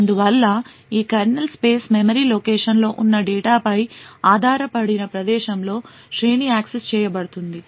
అందువల్ల ఈ kernel space memory లొకేషన్లో ఉన్న డేటాపై ఆధారపడిన ప్రదేశంలో శ్రేణి యాక్సెస్ చేయబడుతుంది